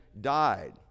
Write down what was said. died